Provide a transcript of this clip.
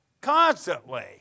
Constantly